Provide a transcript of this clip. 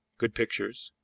good pictures